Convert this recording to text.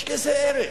יש לזה ערך.